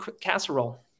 casserole